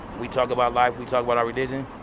we talk about life. we talk about our religion.